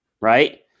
Right